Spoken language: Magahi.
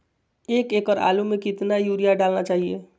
एक एकड़ आलु में कितना युरिया डालना चाहिए?